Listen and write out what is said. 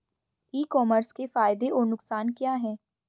ई commerce के फायदे और नुकसान क्या हैं?